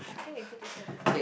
think we put it here better